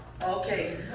Okay